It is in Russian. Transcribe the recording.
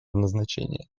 назначения